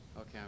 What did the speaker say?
Okay